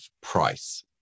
price